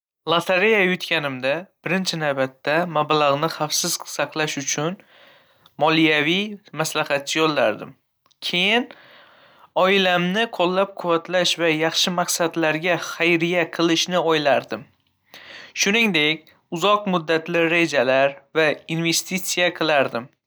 Lotereya yutganimda, birinchi navbatda, mablag‘imni xavfsiz saqlash uchun moliyaviy maslahatchi yollardim. Keyin oilamni qo‘llab-quvvatlash va yaxshi maqsadlarga xayriya qilishni o‘ylardim. Shuningdek, uzoq muddatli rejalar uchun investitsiya qilardim.